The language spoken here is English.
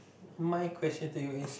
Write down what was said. my question to you is